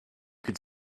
could